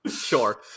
Sure